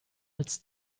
als